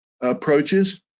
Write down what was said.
approaches